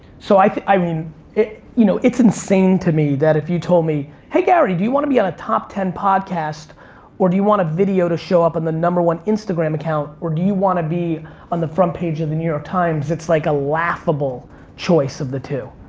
so i mean i mean you know it's insane to me that, if you told me, hey, gary, do you want to be on a top ten podcast or do you want a video to show up in the number one instagram account or do you wanna be on the front page of the new york times, it's like a laughable choice of the two.